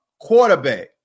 quarterback